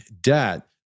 debt